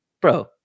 Bro